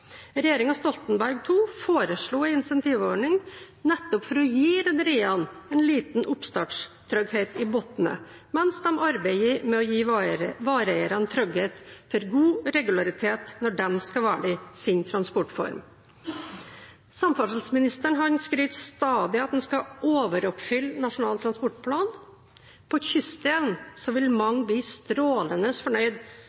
Stoltenberg II foreslo en incentivordning nettopp for å gi rederiene en liten oppstartstrygghet i bunnen, mens de arbeider med å gi vareeierne trygghet for god regularitet når de skal velge sin transportform. Samferdselsministeren skryter stadig av at han skal overoppfylle Nasjonal transportplan. På kysten vil